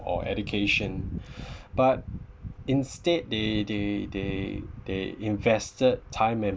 or education but instead they they they they invested time and